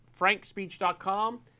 FrankSpeech.com